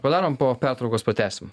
padarom po pertraukos pratęsim